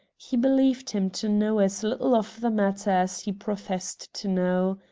he believed him to know as little of the matter as he professed to know.